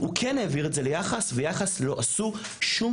הוא כן העביר את זה ליח"ס ויח"ס לא עשו שום